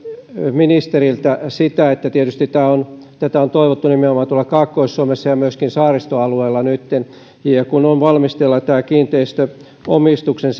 ministeriltä sitä tietysti tätä on toivottu nimenomaan tuolla kaakkois suomessa ja myöskin saaristoalueilla että nyt kun on valmisteilla tämä kiinteistöomistuksen